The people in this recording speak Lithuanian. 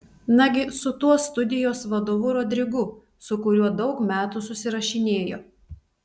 nagi su tuo studijos vadovu rodrigu su kuriuo daug metų susirašinėjo